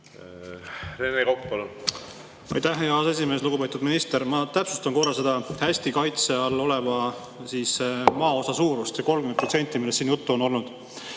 Rene Kokk, palun! Aitäh, hea aseesimees! Lugupeetud minister! Ma täpsustan korra seda hästi kaitse all oleva maaosa suurust, see 30%, millest siin juttu on olnud.